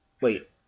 Wait